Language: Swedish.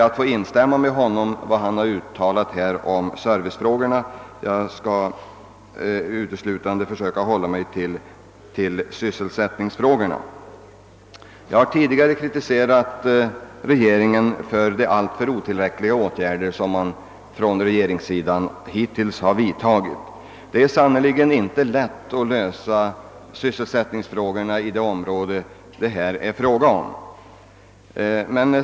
I stort sett kan jag instämma i vad han här uttalat om servicefrågorna; jag skall försöka hålla mig uteslutande till sysselsättningsfrågorna. Jag har tidigare kritiserat regeringen för de alltför otillräckliga åtgärder som den hittills har vidtagit. Det är sannerligen inte lätt att lösa sysselsättningsfrågorna i det område det här gäller.